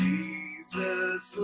Jesus